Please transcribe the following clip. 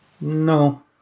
no